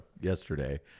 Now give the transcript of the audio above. yesterday